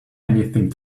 anything